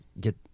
get